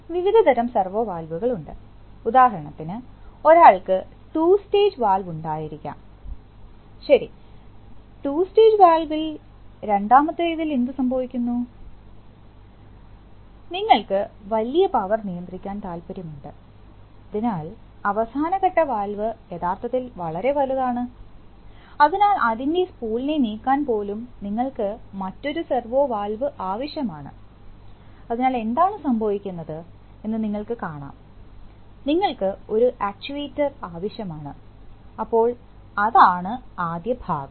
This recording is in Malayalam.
വിവിധ തരം സെർവോ വാൽവുകൾ ഉണ്ട് ഉദാഹരണത്തിന് ഒരാൾക്ക് ടു സ്റ്റേജ് വാൽവ് ഉണ്ടായിരിക്കാം ശരി ടു സ്റ്റേജ്വാൽവിൽ രണ്ടാമത്തേതിൽ എന്ത് സംഭവിക്കുന്നു നിങ്ങൾക്ക് വലിയ പവർ നിയന്ത്രിക്കാൻ താൽപ്പര്യമുണ്ട് അതിനാൽ അവസാന ഘട്ട വാൽവ് യഥാർത്ഥത്തിൽ വളരെ വലുതാണ് അതിനാൽ അതിന്റെ സ്പൂളിന്നെ നീക്കാൻ പോലും നിങ്ങൾക്ക് മറ്റൊരു സെർവോ വാൽവ് ആവശ്യമാണ് അതിനാൽ എന്താണ് സംഭവിക്കുന്നതെന്ന് നിങ്ങൾക്ക് കാണാം നിങ്ങൾക്ക് ഒരു ആചുവേറ്റ്ർ ആവശ്യമാണ് അപ്പോൾ അതാണ് ആണ് ആദ്യഭാഗം